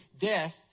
Death